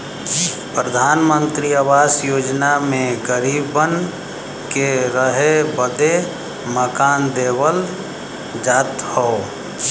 प्रधानमंत्री आवास योजना मे गरीबन के रहे बदे मकान देवल जात हौ